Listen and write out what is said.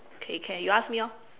okay can you ask me orh